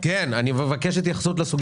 כמו